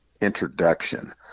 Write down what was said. introduction